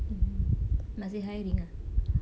mm masih hiring lah